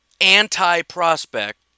anti-prospect